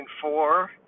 four